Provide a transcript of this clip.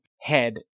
head